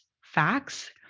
facts